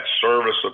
service